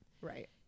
Right